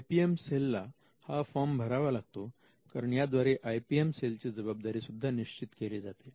I P M cell ला हा form भरावा लागतो कारण याद्वारे आय पी एम सेलची जबाबदारी सुद्धा निश्चित केली जाते